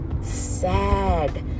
sad